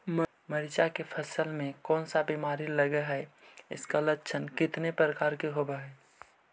मीरचा के फसल मे कोन सा बीमारी लगहय, अती लक्षण कितने प्रकार के होब?